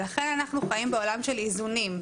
ולכן אנחנו חיים בעולם של איזונים.